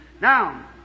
Now